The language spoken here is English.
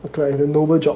okay lah noble job